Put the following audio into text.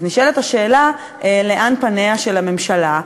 אז נשאלת השאלה: לאן פניה של הממשלה?